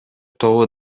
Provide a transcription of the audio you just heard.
тобу